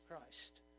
Christ